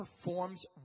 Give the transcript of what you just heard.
performs